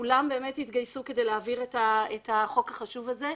שכולם התגייסו כדי להעביר את החוק החשוב הזה.